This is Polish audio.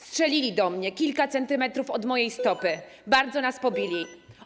Strzelili do mnie, kilka centymetrów od mojej stopy, bardzo nas pobili.